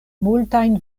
multajn